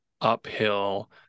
uphill